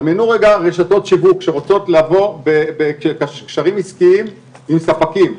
דמיינו רגע רשתות שיווק שרוצות לבוא בקשרים עסקיים עם ספקים.